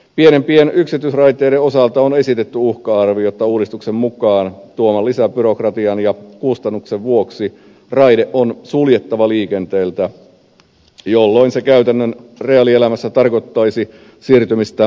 pienempien yksityisraiteiden osalta on esitetty uhka arvio että uudistuksen mukanaan tuoman lisäbyrokratian ja kustannuksen vuoksi raide on suljettava liikenteeltä jolloin se käytännön reaalielämässä tarkoittaisi siirtymistä maantiekuljetuksiin